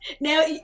Now